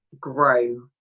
grow